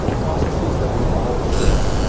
processes that we all share.